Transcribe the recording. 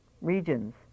regions